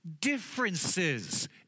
differences